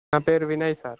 నా పేరు వినయ్ సార్